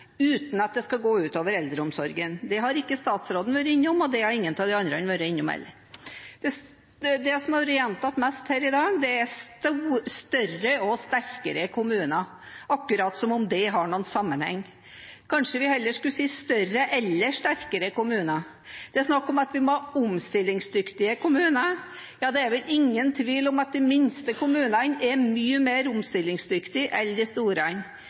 uten at det skal gå ut over eldreomsorgen? Det har verken statsråden eller noen av de andre vært inne på. Det som har blitt gjentatt oftest her i dag, er «større og sterkere kommuner» – som om det er en sammenheng. Kanskje vi heller skulle sagt «større eller sterkere kommuner»? Det snakkes om at vi må ha omstillingsdyktige kommuner. Det er vel ingen tvil om at de minste kommunene er mye mer omstillingsdyktige enn de store.